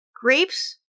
grapes